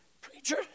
preacher